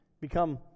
become